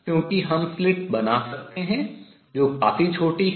क्योंकि हम स्लिट बना सकते हैं जो काफी छोटी हैं